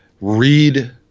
read